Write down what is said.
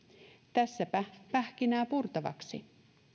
tässäpä pähkinä purtavaksi